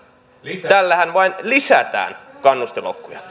tällähän vain lisätään kannustinloukkuja